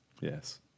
Yes